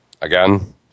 again